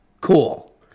Cool